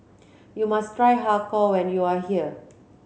you must try Har Kow when you are here